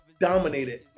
dominated